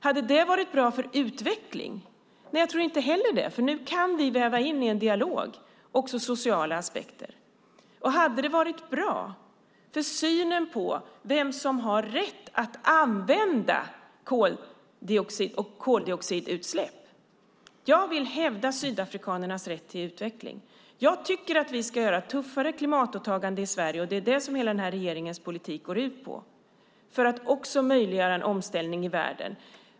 Hade det varit bra för utvecklingen? Nej, det tror jag inte heller. Nu kan vi väva in också sociala aspekter i en dialog. Hade det varit bra för synen på vem som har rätt att släppa ut koldioxid? Jag vill hävda sydafrikanernas rätt till utveckling. Jag tycker att vi ska ha ett tuffare klimatåtagande i Sverige. Det är vad regeringens politik går ut på för att möjliggöra en omställning i världen.